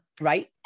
Right